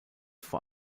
vor